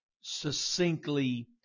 succinctly